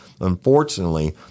Unfortunately